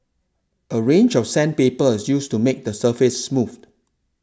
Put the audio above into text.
a range of sandpaper is used to make the surface smooth